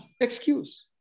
excuse